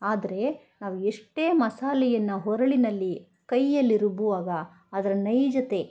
ಆದರೆ ನಾವು ಎಷ್ಟೇ ಮಸಾಲೆಯನ್ನು ಒರಳಿನಲ್ಲಿ ಕೈಯಲ್ಲಿ ರುಬ್ಬುವಾಗ ಅದರ ನೈಜತೆ